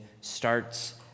starts